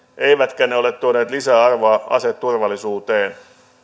eivätkä ne ole tuoneet lisäarvoa aseturvallisuuteen